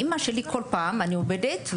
אני עבדתי,